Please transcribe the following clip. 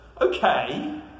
okay